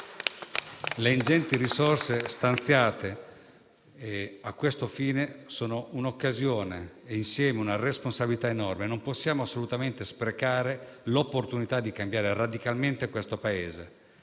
Le ingenti risorse stanziate a questo fine sono un'occasione e, insieme, una responsabilità enorme. Non possiamo assolutamente sprecare l'opportunità di cambiare radicalmente questo Paese,